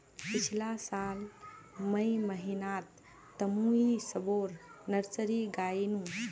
पिछला साल मई महीनातमुई सबोर नर्सरी गायेनू